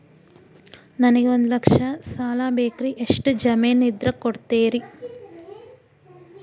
ನನಗೆ ಒಂದು ಲಕ್ಷ ಸಾಲ ಬೇಕ್ರಿ ಎಷ್ಟು ಜಮೇನ್ ಇದ್ರ ಕೊಡ್ತೇರಿ?